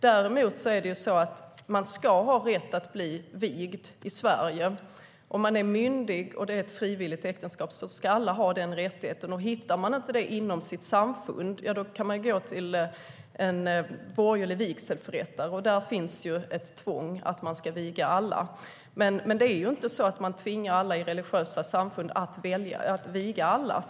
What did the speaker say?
Däremot har man rätt att bli vigd i Sverige. Om man är myndig och äktenskapet är frivilligt ska alla ha den rättigheten. Hittar man ingen vigselförrättare inom sitt samfund får man gå till en borgerlig vigselförrättare som är tvingad att viga alla. Men man tvingar inte alla i religiösa samfund att viga alla.